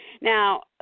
Now